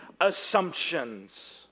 assumptions